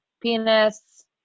penis